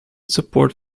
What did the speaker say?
support